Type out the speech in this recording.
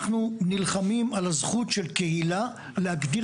אנחנו נלחמים על הזכות של קהילה להגדיר